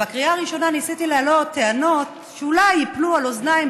ובקריאה הראשונה ניסיתי להעלות טענות שאולי ייפלו על אוזניים,